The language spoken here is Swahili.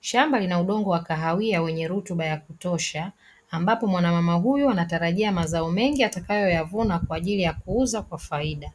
Shamba lina udongo wa kahawia wenye rutuba ya kutosha, ambapo mwanamama huyo anatarajia mazao mengi atakayoyavuna, kwa ajili ya kuuza kwa faida.